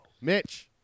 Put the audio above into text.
Mitch